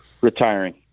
Retiring